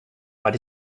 but